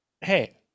Hey